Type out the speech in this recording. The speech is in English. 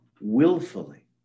willfully